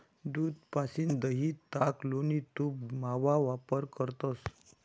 दूध पाशीन दही, ताक, लोणी, तूप, मावा तयार करतंस